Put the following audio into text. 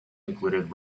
included